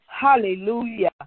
Hallelujah